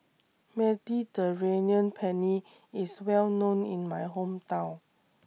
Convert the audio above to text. Mediterranean Penne IS Well known in My Hometown